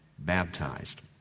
baptized